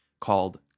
called